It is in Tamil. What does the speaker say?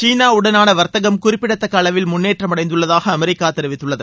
சீனா உடனான வர்த்தகம் குறிப்பித்தக்க அளவில முன்னேற்றம் அடைந்துள்ளதாக அமெரிக்கா தெரிவித்துள்ளது